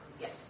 Yes